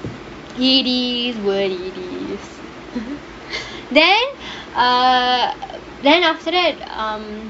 then err then after that um